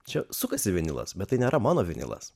čia sukasi vinilas bet tai nėra mano vinilas